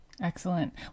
Excellent